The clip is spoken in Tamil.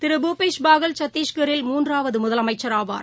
திரு பூபேஷ் பாகல் சத்தீஸ்கில் மூன்றாவது முதலமைச்சர் ஆவார்